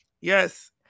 Yes